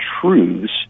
truths